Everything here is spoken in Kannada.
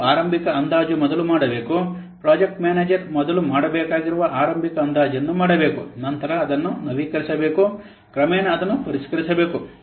ನೀವು ಆರಂಭಿಕ ಅಂದಾಜು ಮೊದಲು ಮಾಡಬೇಕು ಪ್ರಾಜೆಕ್ಟ್ ಮ್ಯಾನೇಜರ್ ಮೊದಲು ಮಾಡಬೇಕಾಗಿರುವ ಆರಂಭಿಕ ಅಂದಾಜನ್ನು ಮಾಡಬೇಕು ನಂತರ ಅದನ್ನು ನವೀಕರಿಸಬೇಕು ಕ್ರಮೇಣ ಅದನ್ನು ಪರಿಷ್ಕರಿಸಬೇಕು